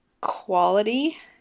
quality